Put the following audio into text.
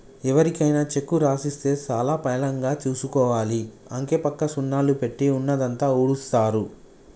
ఎవరికైనా చెక్కు రాసిస్తే చాలా పైలంగా చూసుకోవాలి, అంకెపక్క సున్నాలు పెట్టి ఉన్నదంతా ఊడుస్తరు